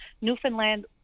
Newfoundland